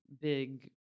big